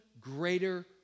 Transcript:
greater